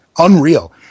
Unreal